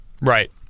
Right